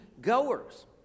goers